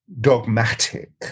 dogmatic